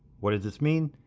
what does this mean?